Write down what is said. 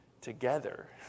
together